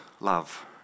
love